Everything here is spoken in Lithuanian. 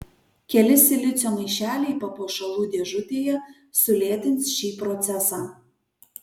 keli silicio maišeliai papuošalų dėžutėje sulėtins šį procesą